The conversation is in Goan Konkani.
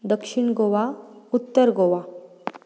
दक्षीण गोवा उत्तर गोवा